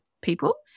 people